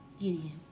Gideon